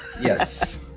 yes